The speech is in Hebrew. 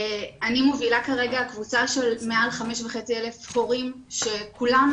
אני מובילה כרגע קבוצה של מעל 5,500 הורים שכולם